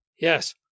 Yes